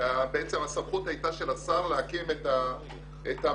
בעצם הסמכות הייתה של השר להקים את המועצה